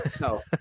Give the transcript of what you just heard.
No